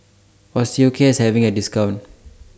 Osteocare IS having A discount